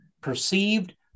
perceived